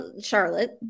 Charlotte